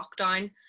lockdown